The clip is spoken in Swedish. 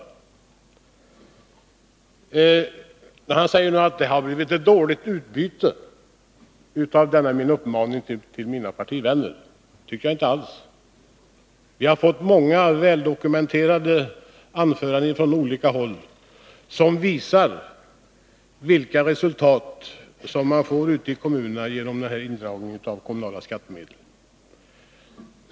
Lars Tobisson säger att det har blivit ett dåligt utbyte av uppmaningen till mina partivänner. Det tycker jag inte alls. Vi har fått höra många väldokumenterade anföranden från olika håll som visar vilka resultat det blir ute i kommunerna som följd av indragningen av kommunala skattemedel.